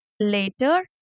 later